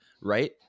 right